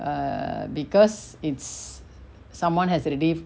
err because it's someone has already